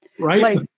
right